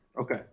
okay